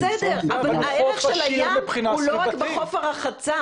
בסדר, אבל הערך של הים הוא לא רק בחוף הרחצה.